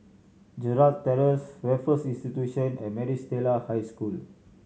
Gerald Terrace Raffles Institution and Maris Stella High School